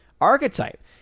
archetype